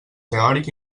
teòric